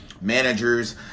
managers